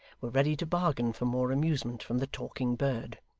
were ready to bargain for more amusement from the talking bird.